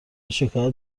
شکایت